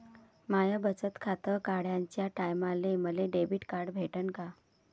माय बचत खातं काढाच्या टायमाले मले डेबिट कार्ड भेटन का?